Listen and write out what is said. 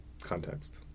context